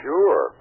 Sure